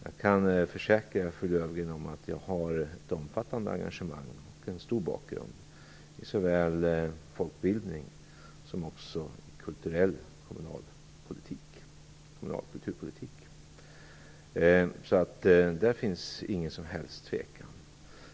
Jag kan försäkra fru Löfgren att jag har ett omfattande engagemang och en gedigen bakgrund i såväl folkbildning som i kommunal kulturpolitik. Där finns det ingen som helst tvekan.